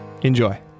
Enjoy